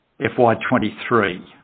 FY23